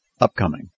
upcoming